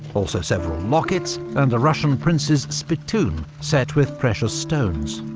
also several lockets and a russian prince's spittoon, set with precious stones.